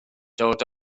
dod